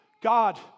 God